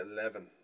eleven